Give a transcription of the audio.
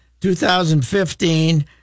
2015